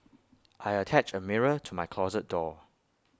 I attached A mirror to my closet door